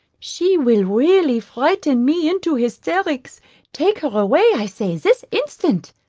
she will really frighten me into hysterics take her away i say this instant.